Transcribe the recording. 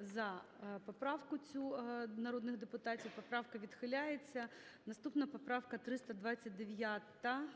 за поправку цю народних депутатів. Поправка відхиляється. Наступна поправка - 329,